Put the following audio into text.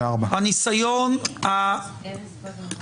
244. הניסיון המכוער,